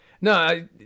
No